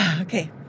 Okay